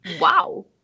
Wow